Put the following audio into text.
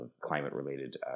climate-related